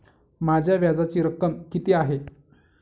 माझ्या व्याजाची रक्कम किती आहे?